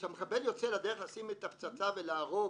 כשמחבל יוצא לדרך לשים את הפצצה ולהרוג